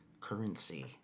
currency